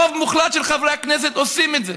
רוב מוחלט של חברי הכנסת עושים את זה,